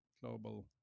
global